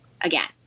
again